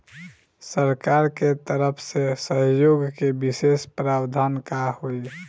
सरकार के तरफ से सहयोग के विशेष प्रावधान का हई?